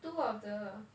two of the